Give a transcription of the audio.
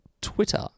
Twitter